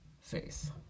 faith